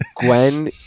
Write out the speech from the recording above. Gwen